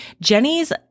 Jenny's